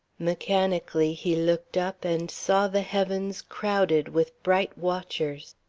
mechanically he looked up and saw the heavens crowded with bright watchers.